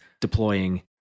deploying